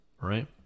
right